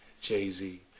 Jay-Z